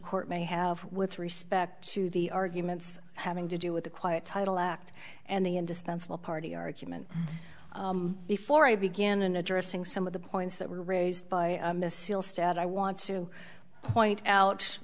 court may have with respect to the arguments having to do with the quiet title act and the indispensable party argument before i began in addressing some of the points that were raised by missile stat i want to point out